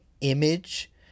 image